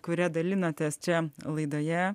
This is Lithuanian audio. kuria dalinatės čia laidoje